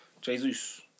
Jesus